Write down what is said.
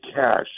cash